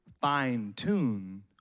fine-tune